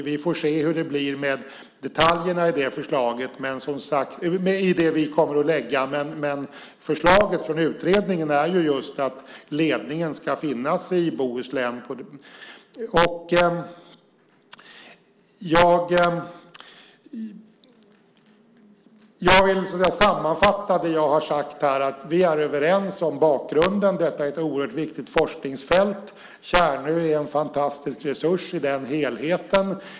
Vi får se hur det blir med detaljerna i det förslag som vi kommer att lägga fram, men förslaget från utredningen är ju just att ledningen ska finnas i Bohuslän. Jag vill sammanfatta det jag har sagt här: Vi är överens om bakgrunden. Detta är ett oerhört viktigt forskningsfält. Tjärnö är en fantastisk resurs i den helheten.